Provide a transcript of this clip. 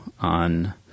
on